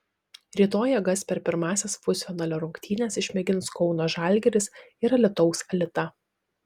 rytoj jėgas per pirmąsias pusfinalio rungtynes išmėgins kauno žalgiris ir alytaus alita